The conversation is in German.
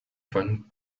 von